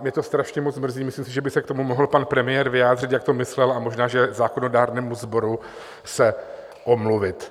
Mě to strašně moc mrzí myslím si, že by se k tomu mohl pan premiér vyjádřit, jak to myslel, a možná že zákonodárnému sboru se omluvit.